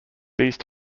these